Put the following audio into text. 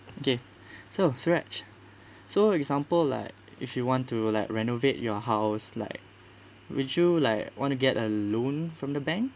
okay so suresh so example like if you want to like renovate your house like would you like want to get a loan from the bank